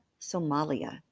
Somalia